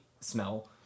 smell